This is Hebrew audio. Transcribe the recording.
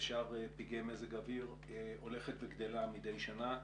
ולשאר פגעי מזג האוויר, הולכת וגדלה מדי שנה.